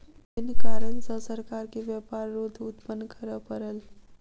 विभिन्न कारण सॅ सरकार के व्यापार रोध उत्पन्न करअ पड़ल